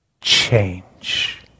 change